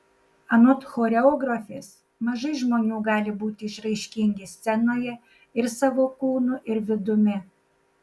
anot choreografės mažai žmonių gali būti išraiškingi scenoje ir savo kūnu ir vidumi